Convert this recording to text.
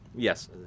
Yes